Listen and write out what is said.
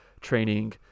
training